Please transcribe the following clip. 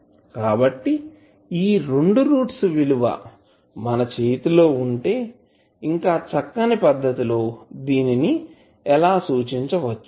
కాబట్టి ఈ రెండు రూట్స్ విలువ మన చేతిలో ఉంటే ఇంకా చక్కని పద్ధతిలో దీనిని ఎలా సూచించవచ్చు